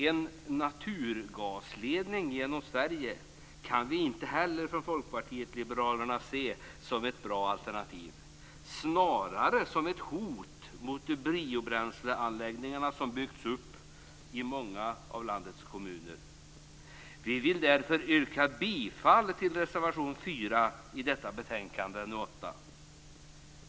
En naturgasledning genom Sverige kan vi från Folkpartiet liberalerna inte heller se som ett bra alternativ, snarare som ett hot mot de biobränsleanläggningar som byggts upp i många av landets kommuner. Vi vill därför yrka bifall till reservation 4 till detta betänkande, NU8.